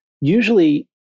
Usually